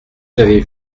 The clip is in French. j’avais